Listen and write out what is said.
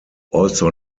also